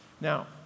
Now